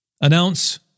Announce